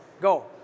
go